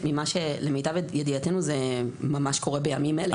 למיטב ידיעתנו, זה ממש קורה בימים אלה.